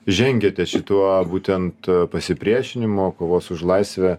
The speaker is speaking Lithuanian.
žengėte šituo būtent pasipriešinimo kovos už laisvę